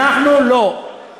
אנחנו, הם לא היו, לא.